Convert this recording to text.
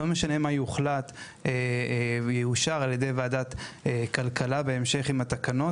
לא משנה מה יוחלט ויאושר על ידי ועדת הכלכלה בהמשך יחד עם התקנות